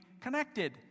connected